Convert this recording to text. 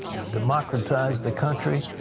democcratize the country,